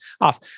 off